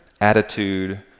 attitude